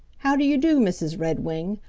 how do you do, mrs. redwing?